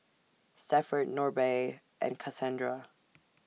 Stafford Norbert and Kasandra